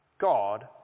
God